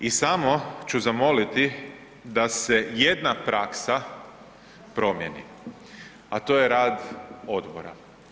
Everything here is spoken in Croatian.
I samo ću zamoliti da se jedna praksa promjeni, a to je rad odbora.